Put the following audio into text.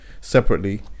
Separately